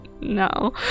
no